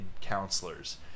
counselors